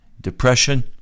depression